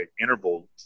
interval